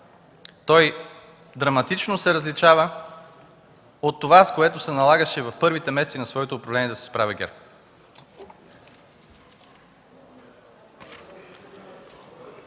той драматично се различава от това, с което се налагаше в първите месеци на своето управление да се справя ГЕРБ.